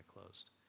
closed